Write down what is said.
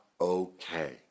okay